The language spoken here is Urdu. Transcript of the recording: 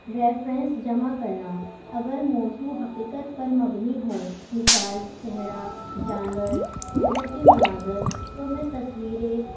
ریفرینس جمع کرنا اگر موضوع حقیقت پر مبنی ہو مثال چہرا جانور قدرتی مناظر تو میں تصویریں